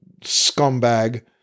scumbag